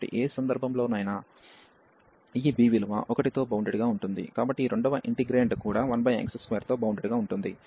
కాబట్టి ఏ సందర్భంలోనైనా ఈ b విలువ 1 తో బౌండెడ్ గా ఉంటుంది కాబట్టి ఈ రెండవ ఇంటిగ్రేండ్ కూడా 1x2 తో బౌండెడ్ గా ఉంటుంది